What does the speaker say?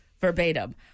verbatim